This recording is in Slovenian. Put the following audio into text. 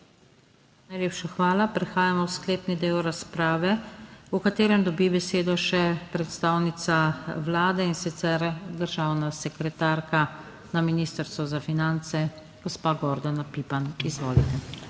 Najlepša hvala. Prehajamo v sklepni del razprave, v katerem dobi besedo še predstavnica Vlade in sicer državna sekretarka na Ministrstvu za finance, gospa Gordana Pipan, izvolite.